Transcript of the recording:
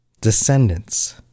Descendants